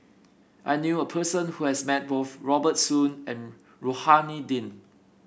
I knew a person who has met both Robert Soon and Rohani Din